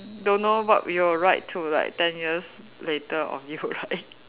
don't know what we will write to like ten years later of you right